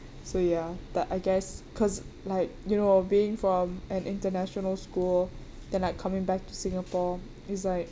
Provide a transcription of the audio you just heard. so ya that I guess because like you know being from an international school then like coming back to singapore is like